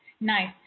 Nice